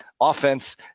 offense